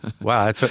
Wow